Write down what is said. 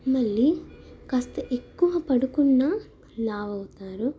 మళ్ళీ కాస్త ఎక్కువ పడుకున్న లావు అవుతారు